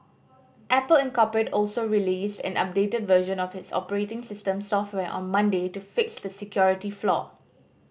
Apple Incorporate also released an updated version of its operating system software on Monday to fix the security flaw